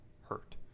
hurt